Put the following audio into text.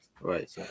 right